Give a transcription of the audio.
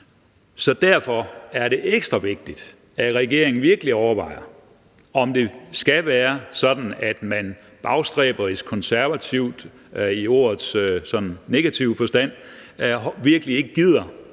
Derfor er det ekstra vigtigt, at regeringen virkelig overvejer, om det skal være sådan, at man bagstræberisk, konservativt i ordets sådan negative forstand, virkelig ikke gider